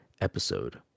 episode